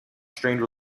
strained